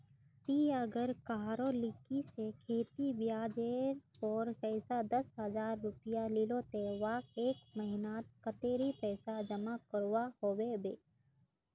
ती अगर कहारो लिकी से खेती ब्याज जेर पोर पैसा दस हजार रुपया लिलो ते वाहक एक महीना नात कतेरी पैसा जमा करवा होबे बे?